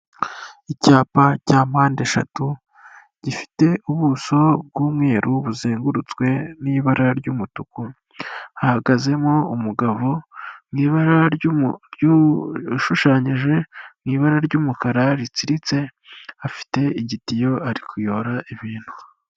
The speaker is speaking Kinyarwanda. Icyapa cya mpande eshatu gifite ubuso bw'umweru buzengurutswe n'ibara ry'umutuku hahagazemo umugabo mu ibara ushushanyije mu ibara ry'umukara ritsiritse afite igitiyo ari kuyora ibintu.